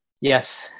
Yes